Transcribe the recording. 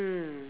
mm